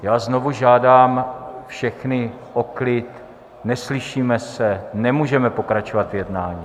Já znovu žádám všechny o klid, neslyšíme se, nemůžeme pokračovat v jednání.